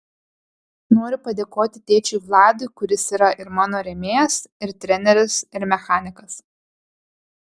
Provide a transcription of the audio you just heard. noriu padėkoti tėčiui vladui kuris yra ir mano rėmėjas ir treneris ir mechanikas